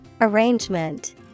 Arrangement